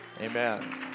Amen